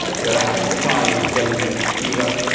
we are actually trialling dengue fever,